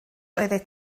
oeddet